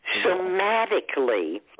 Somatically